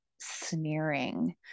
sneering